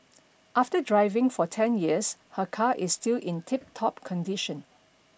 after driving for ten years her car is still in tiptop condition